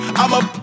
i'ma